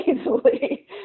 easily